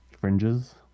fringes